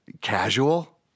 casual